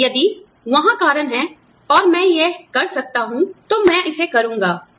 यदि वहां कारण है और मैं यह कर सकता हूँ तो मैं इसे करूँगा